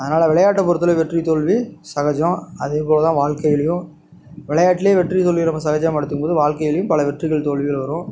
அதனால் விளையாட்டை பொறுத்த அளவு வெற்றி தோல்வி சகஜம் அதேப்போல் தான் வாழ்க்கையிலேயும் விளையாட்டுலேயும் வெற்றி தோல்வியை நம்ம சகஜமாக எடுத்துக்கணும் வாழ்க்கையிலேயும் பல வெற்றிகள் தோல்விகள் வரும்